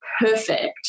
perfect